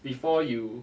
before you